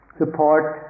support